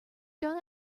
done